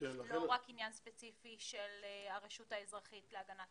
ולא רק עניין ספציפי של הרשות האזרחית להגנת הצרכן.